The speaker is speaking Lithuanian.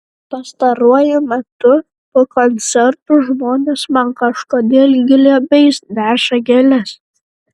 pastaruoju metu po koncertų žmonės man kažkodėl glėbiais neša gėles